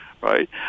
right